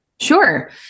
sure